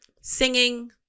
Singing